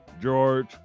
George